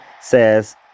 Says